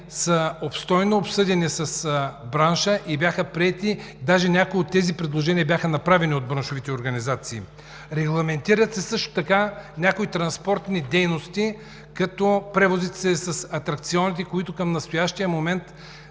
са обстойно обсъдени с бранша и бяха приети, даже някои от тези предложения бяха направени от браншовите организации. Също така се регламентират някои транспортни дейности, като превозите с атракциони, които към настоящия момент